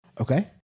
Okay